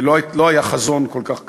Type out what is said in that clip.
זה לא היה חזון כל כך גדול,